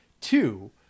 two